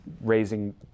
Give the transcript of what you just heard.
raising